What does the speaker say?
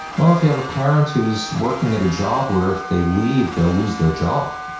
well, if you have a parent who is working at a job where if they leave they will lose their job,